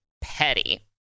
petty